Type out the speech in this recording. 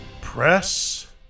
Press